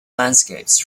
landscapes